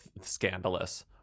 scandalous